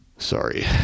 Sorry